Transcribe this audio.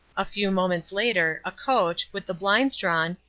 a few moments later, a coach, with the blinds drawn,